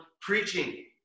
preaching